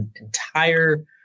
entire